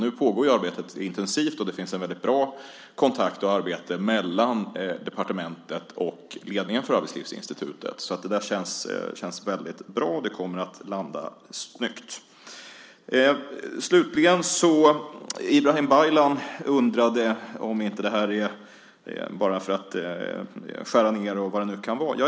Nu pågår arbetet intensivt, och det finns en bra kontakt och ett bra arbete mellan departementet och ledningen för Arbetslivsinstitutet. Det känns bra. Det kommer att landa snyggt. Ibrahim Baylan undrade om inte det här är bara för att skära ned eller något annat.